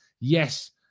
Yes